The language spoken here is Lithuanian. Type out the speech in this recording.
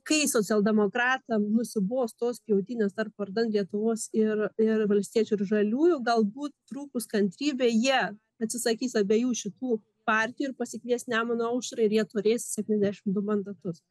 kai socialdemokratam nusibos tos pjautynės tarp vardan lietuvos ir ir valstiečių ir žaliųjų galbūt trūkus kantrybei jie atsisakys abiejų šitų partijų ir pasikvies nemuno aušrą ir jie turės septyniasdešim du mandatus